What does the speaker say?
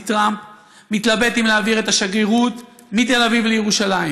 טראמפ מתלבט אם להעביר את השגרירות מתל אביב לירושלים.